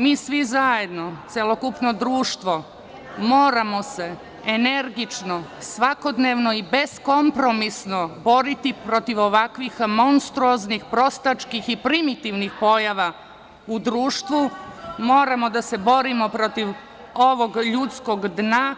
Mi svi zajedno, celokupno društvo, moramo se energično, svakodnevno i beskompromisno boriti proti ovakvih monstruoznih, prostačkih i primitivnih pojava u društvu, moramo da se borimo protiv ovog ljudskog dna